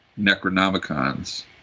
Necronomicons